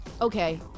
okay